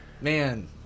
man